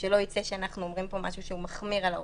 שלא יצא שאנחנו אומרים כאן משהו שהוא מחמיר על ההוראות.